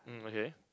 mm okay